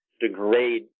degrade